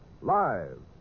live